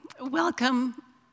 Welcome